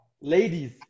Ladies